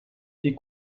des